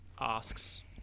asks